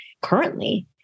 currently